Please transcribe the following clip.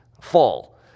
fall